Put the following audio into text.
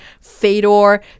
Fedor